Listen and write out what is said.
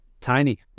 Tiny